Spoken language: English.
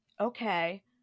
okay